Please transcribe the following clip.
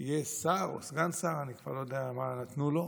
יש שר או סגן שר, אני כבר לא יודע מה נתנו לו,